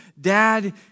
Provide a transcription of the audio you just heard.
dad